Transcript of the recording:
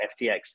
FTX